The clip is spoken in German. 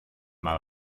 mal